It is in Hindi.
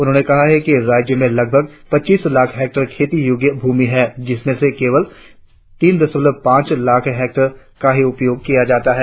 उन्होंने कहा कि राज्य में लगभग पचीस लाख हेक्टेयर खेती योग्य भूमि है जिसमें से केवल तीन दशमलव पाच लाख हेक्टेयर का उपयोग किया जाता है